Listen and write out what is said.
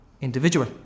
individual